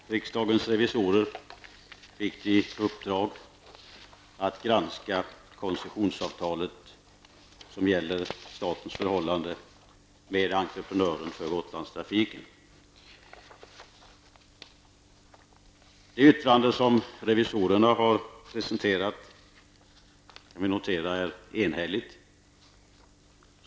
Fru talman! Riksdagens revisorer fick i uppdrag att granska koncessionsavtalet som gäller statens förhållande till entreprenörer för Gotlandstrafiken. Det yttrande som revisorerna har presenterat är enhälligt, noterar jag.